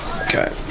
okay